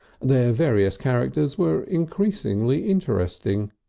their various characters were increasingly interesting.